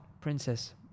Princess